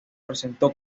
presentó